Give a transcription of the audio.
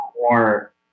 more